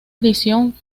edición